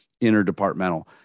interdepartmental